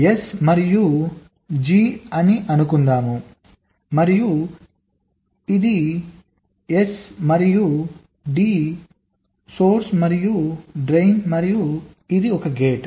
S మరియు G అని అనుకుందాం మరియు ఇది క్షమించండి S మరియు D మూలం మరియు కాలువమరియు ఇది గేట్